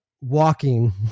walking